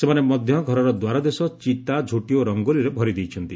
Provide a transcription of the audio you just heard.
ସେମାନେ ମଧ୍ୟ ଘରର ଦ୍ୱାରଦେଶକୁ ଚିତା ଝୋଟି ଓ ରଙ୍ଗୋଲିରେ ଭରିଦେଇଛନ୍ତି